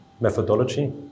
methodology